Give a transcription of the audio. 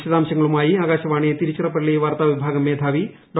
വിശദാംശങ്ങളുമായി ആകാശവാണി തിരുച്ചിറപ്പള്ളി വാർത്താ വിഭാഗം മേധാവി ഡോ